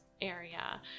area